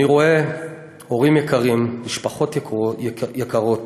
הורים יקרים, משפחות יקרות,